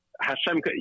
Hashem